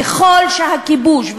ככל שהכיבוש,